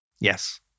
Yes